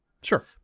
Sure